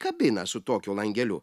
kabiną su tokiu langeliu